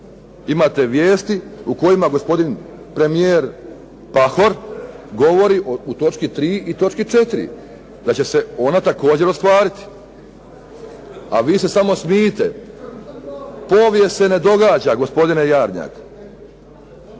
imate vijesti u kojima gospodin premijer Pahor govori u točki 3. i točki 4. da će se ona također ostvariti. A vi se samo smijte. Povijest se ne događa gospodine Jarnjak.